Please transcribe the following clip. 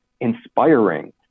inspiring